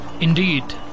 Indeed